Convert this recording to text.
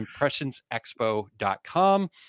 ImpressionsExpo.com